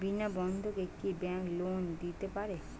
বিনা বন্ধকে কি bank loan দিতে পারে?